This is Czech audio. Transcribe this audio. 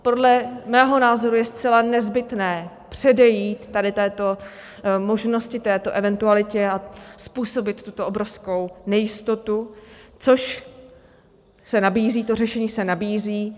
Podle mého názoru je zcela nezbytné předejít tady této možnosti, této eventualitě, a způsobit tuto obrovskou nejistotu, což se nabízí, to řešení se nabízí.